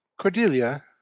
Cordelia